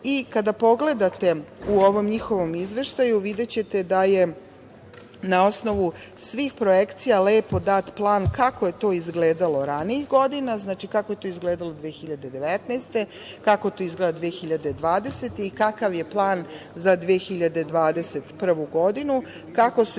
pogledate u ovom njihovom izveštaju videćete da je na osnovu svih projekcija lepo dat plan kako je to izgledalo ranijih godina, znači, kako je to izgledalo 2019. godine, kako to izgleda 2020. godine i kakav je plan za 2021. godinu, kako su izgledali